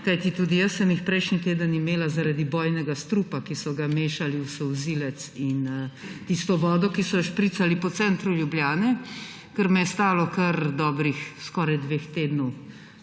tudi jaz sem jih prejšnji teden imela zaradi bojnega strupa, ki so ga mešali v solzivec in tisto vodo, ki so jo špricali po centru Ljubljane, kar me je stalo kar dobrih skoraj dveh tednov